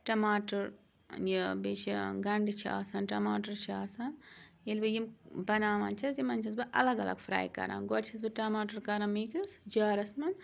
ٹماٹَر یہِ بیٚیہِ چھِ گَنٛڈٕ چھِ آسان ٹماٹر چھِ آسان ییٚلہِ بہٕ یِم بَناوان چھَس یِمَن چھَس بہٕ الگ الگ فراے کَران گۄڈٕ چھَس بہٕ ٹماٹر کَران مِکٕس جارَس منٛز